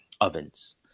ovens